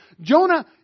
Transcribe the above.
Jonah